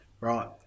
right